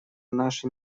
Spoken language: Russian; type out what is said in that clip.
нашей